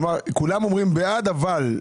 כולם אומרים 'בעד, אבל'.